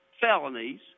felonies